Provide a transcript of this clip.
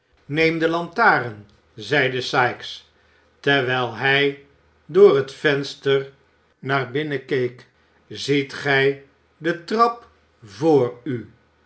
neem de lantaren zeide sikes terwijl hij door het venster naar binnen keek ziet gij de trap voor u